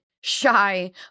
shy